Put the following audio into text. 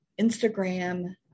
instagram